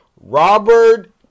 Robert